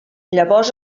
llavors